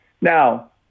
Now